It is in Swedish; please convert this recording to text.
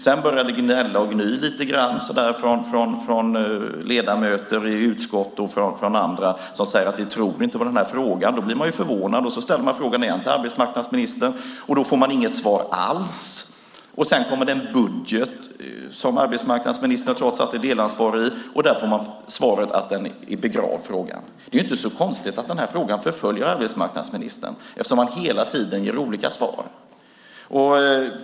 Sedan började det gnällas och gnys lite grann från ledamöter i utskott och andra som sade: Vi tror inte på den här frågan. Då blir man förvånad och ställer frågan igen till arbetsmarknadsministern. Den gången får man inget svar alls. Sedan kommer det en budget som arbetsmarknadsministern trots allt är delansvarig för, och där får man beskedet att frågan är begravd. Det är inte så konstigt att den här frågan förföljer arbetsmarknadsministern eftersom han hela tiden ger olika svar.